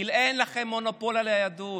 כי אין לכם מונופול על היהדות.